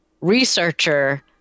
researcher